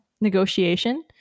negotiation